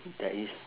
there is